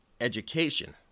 education